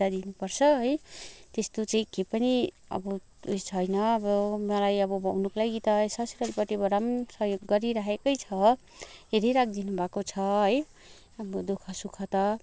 फिर्ता दिनुपर्छ है त्यस्तो चाहिँ के पनि अब उयस छैन अब मलाई अब हुनुको लागि त ससुरालीपट्टिबाट पनि सहयोग गरिराखेकै छ हेरिराखिदिनु भएको छ है अब दुःख सुख त